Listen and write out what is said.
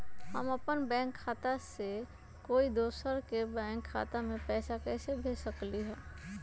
हम अपन बैंक खाता से कोई दोसर के बैंक खाता में पैसा कैसे भेज सकली ह?